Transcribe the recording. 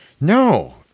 No